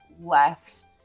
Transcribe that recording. left